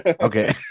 Okay